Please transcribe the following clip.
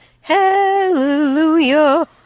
Hallelujah